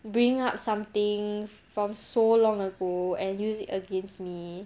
bring up something from so long ago and use it against me